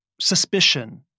suspicion